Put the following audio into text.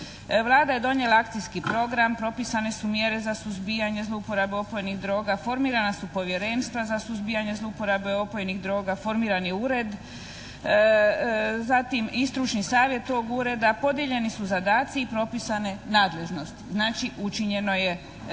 Vlada je donijela akcijski program, propisane su mjere za suzbijanje zlouporabe opojnih droga, formirana su povjerenstva za suzbijanje zlouporabe opojnih droga, formiran je ured, zatim i stručni savjet tog ureda, podijeljeni su zadaci i propisane nadležnosti. Znači učinjeno je puno,